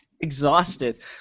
exhausted